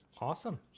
awesome